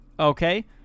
Okay